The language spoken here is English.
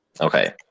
Okay